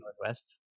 Northwest